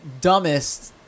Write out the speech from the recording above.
dumbest